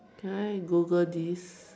can I Google this